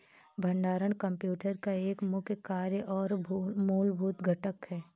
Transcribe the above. भंडारण कंप्यूटर का एक मुख्य कार्य और मूलभूत घटक है